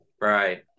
Right